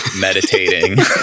meditating